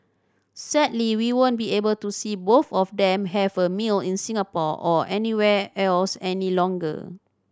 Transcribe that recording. sadly we won't be able to see both of them have a meal in Singapore or anywhere else any longer